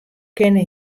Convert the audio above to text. kinne